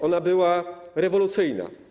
Ona była rewolucyjna.